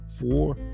four